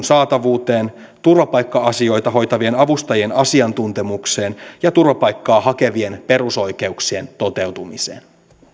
saatavuuteen turvapaikka asioita hoitavien avustajien asiantuntemukseen ja turvapaikkaa hakevien perusoikeuksien toteutumiseen